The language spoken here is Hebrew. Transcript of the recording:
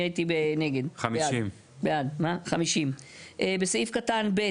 50. 50. בסעיף קטן (ב),